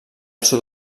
sud